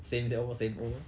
same old same old